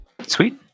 Sweet